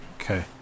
Okay